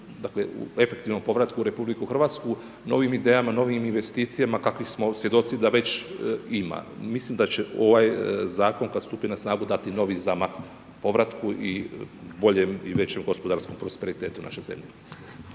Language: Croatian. dakle u efektivnom povratku u RH novim idejama, novim investicijama kakvih smo svjedoci da već ima. Mislim da će ovaj zakon kada stupi na snagu dati novi zamah povratku i boljem i većem gospodarskom prosperitetu naše zemlje.